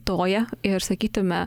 toja ir sakytume